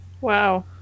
Wow